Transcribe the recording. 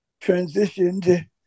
transitioned